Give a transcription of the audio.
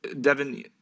Devin